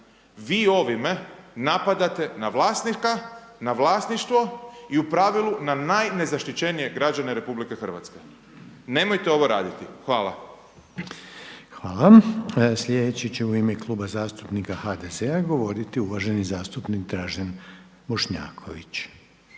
vi ovime napadate na vlasnika, na vlasništvo i u pravilu na najnezaštićenije građane RH. Nemojte ovo raditi. Hvala. **Reiner, Željko (HDZ)** Hvala. Sljedeći će u ime Kluba zastupnika HDZ-a govoriti uvaženi zastupnik Dražen Bošnjaković.